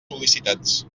sol·licitats